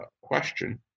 question